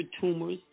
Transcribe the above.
tumors